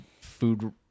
food